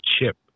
chip